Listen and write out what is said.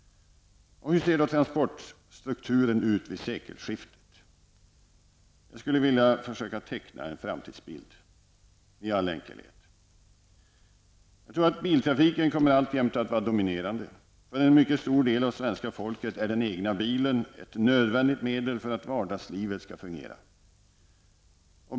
Hur ser då transportstrukturen ut vid sekelskiftet? Jag vill i all enkelhet försöka teckna en framtidsbild. Biltrafiken kommer enligt min uppfattning alltjämt att vara dominerande. För en mycket stor del av svenska folket är den egna bilen ett nödvändigt medel för att vardagslivet skall fungera.